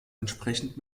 entsprechend